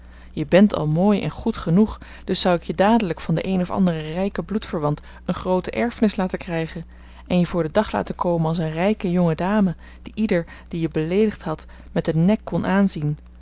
je bent al mooi en goed genoeg dus zou ik je dadelijk van den een of anderen rijken bloedverwant een groote erfenis laten krijgen en je voor den dag laten komen als een rijke jonge dame die ieder die je beleedigd had met den nek kon aanzien